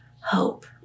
hope